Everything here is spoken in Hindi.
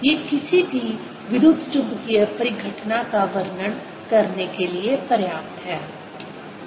ये किसी भी विद्युतचुंबकीय परिघटना का वर्णन करने के लिए पर्याप्त हैं